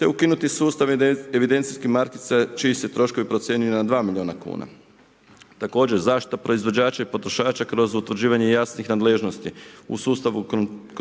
te ukinuti sustav evidencijske markice čiji se troškovi procjenjuju na 2 milijuna kuna. Također zaštita proizvođača i potrošača kroz utvrđivanje jasnih nadležnosti u sustavu